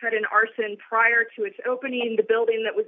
put in arson prior to its opening in the building that was